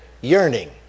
yearning